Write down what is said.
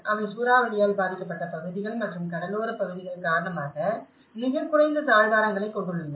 அவை சூறாவளியால் பாதிக்கப்பட்ட பகுதிகள் மற்றும் கடலோரப் பகுதிகள் காரணமாக மிகக் குறைந்த தாழ்வாரங்களை கொண்டுள்ளன